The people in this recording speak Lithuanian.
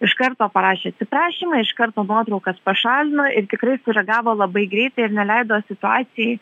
iš karto parašė atsiprašymą iš karto nuotraukas pašalino ir tikrai sureagavo labai greitai ir neleido situacijai